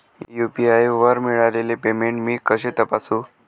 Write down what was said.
UPI वर मिळालेले payment मी कसे तपासू?